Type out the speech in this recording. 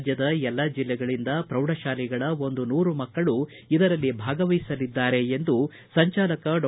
ರಾಜ್ವದ ಎಲ್ಲಾ ಜಿಲ್ಲೆಗಳಿಂದ ಪ್ರೌಢ ಶಾಲೆಗಳ ಒಂದು ನೂರು ಮಕ್ಕಳು ಇದರಲ್ಲಿ ಭಾಗವಹಿಸಲಿದ್ದಾರೆ ಎಂದು ಸಂಚಾಲಕ ಡಾ